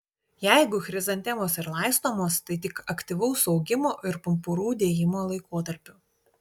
jeigu chrizantemos ir laistomos tai tik aktyvaus augimo ir pumpurų dėjimo laikotarpiu